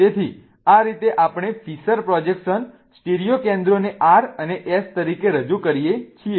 તેથી આ રીતે આપણે ફિશર પ્રોજેક્શન સ્ટીરિયો કેન્દ્રોને R અને S તરીકે રજુ કરીએ છીએ